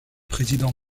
président